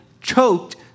choked